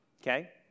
okay